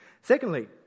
Secondly